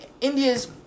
India's